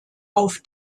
auf